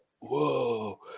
Whoa